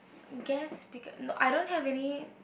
guest speaker I don't have any